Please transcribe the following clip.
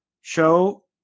show